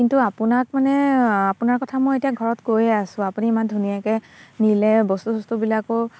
কিন্তু আপোনাক মানে আপোনাৰ কথা মই এতিয়া ঘৰত কৈয়ে আছো আপুনি ইমান ধুনীয়াকৈ নিলে বস্তু চস্তুবিলাকো